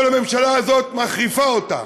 אבל הממשלה הזאת מחריפה אותה.